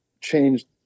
changed